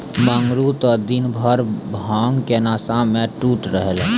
मंगरू त दिनभर भांग के नशा मॅ टुन्न रहै